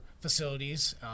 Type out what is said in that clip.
facilities